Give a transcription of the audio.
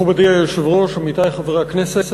מכובדי היושב-ראש, עמיתי חברי הכנסת,